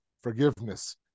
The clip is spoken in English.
Forgiveness